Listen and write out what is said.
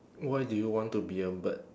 why do you want to be a bird